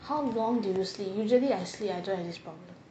how long do you sleep usually I sleep I don't have this problem